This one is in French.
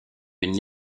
une